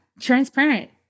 transparent